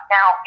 Now